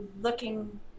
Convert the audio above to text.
looking